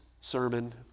sermon